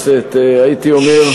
הייתי אומר,